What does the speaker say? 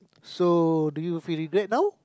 so do you feel regret now